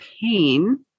pain